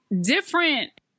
different